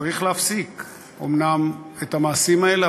צריך להפסיק אומנם את המעשים האלה,